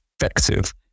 effective